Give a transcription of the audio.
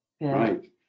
Right